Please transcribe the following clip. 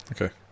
Okay